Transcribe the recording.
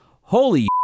holy